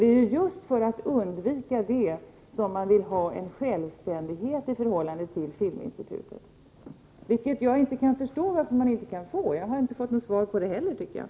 Det är just för att undvika sådant som man vill ha en självständighet i förhållande till Filminstitutet. Jag kan inte förstå varför man inte får det. Jag har inte fått något svar på den frågan.